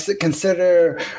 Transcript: consider